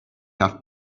have